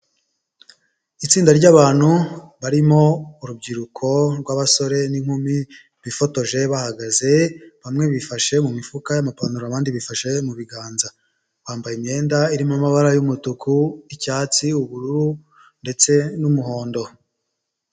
Itsinda ryabantu barimo urubyiruko rw'abasore n'inkumi bifotoje bahagaze bamwe bifashe mu mifuka y'amapantaro abandi bifashe mu biganza bambaye imyenda irimo amabara y'umutuku, icyatsi, ubururu, ndetse n'umuhondo.